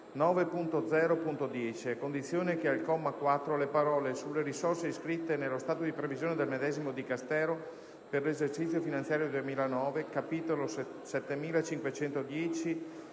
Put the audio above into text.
9.0.10, a condizione che al comma 4 le parole: "sulle risorse iscritte nello stato di previsione del medesimo Dicastero per l'esercizio finanziario 2009, capitolo 7510,